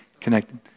connected